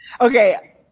Okay